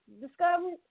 Discovery